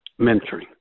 mentoring